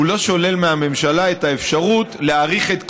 את האפשרות להאריך את כהונתו.